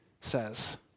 says